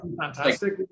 fantastic